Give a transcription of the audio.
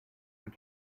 and